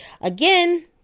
Again